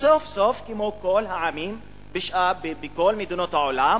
סוף-סוף כמו כל העמים בכל מדינות העולם